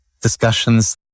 discussions